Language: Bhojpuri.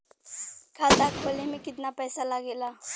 खाता खोले में कितना पैसा लगेला?